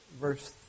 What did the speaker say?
verse